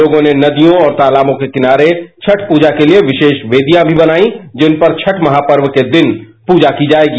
लोगों ने नदियों और तालाबों के किनारे छठ पूजा के लिए विसेष वेषियां भी बनाई जिन पर छठ महापर्व के दिन पूजा की जाएगी